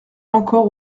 encore